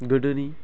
गोदोनि